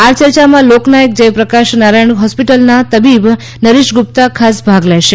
આ ચર્ચામાં લોકનાયક જયપ્રકાશ નારાયણ હોસ્પીટલનાં તબીબ નરેશ ગુપ્તા ખાસ ભાગ લેશે